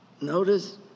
notice